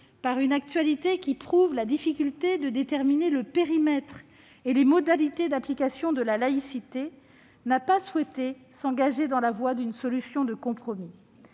par une actualité qui prouve la difficulté de déterminer le périmètre et les modalités d'application de la laïcité, n'a pas souhaité s'engager sur la voie d'une solution de compromis.